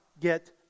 get